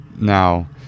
Now